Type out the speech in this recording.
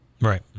Right